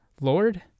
Lord